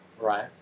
Right